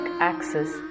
access